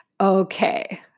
Okay